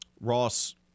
Ross